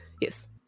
Yes